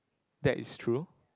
that is true